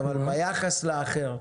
ואני בהחלט חושבת שיש מקום לדיון הזה,